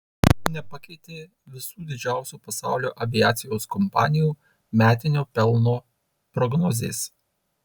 nepakeitė visų didžiausių pasaulio aviacijos kompanijų metinio pelno prognozės